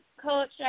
coach